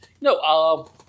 No